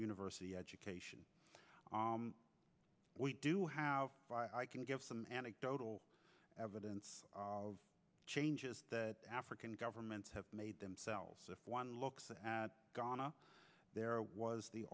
university education we do have i can give some anecdotal evidence of changes that african governments have made themselves if one looks at dawna there was